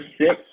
six